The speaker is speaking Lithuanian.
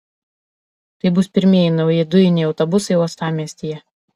tai bus pirmieji nauji dujiniai autobusai uostamiestyje